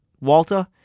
Walter